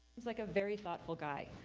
like ah very thoughtful guy.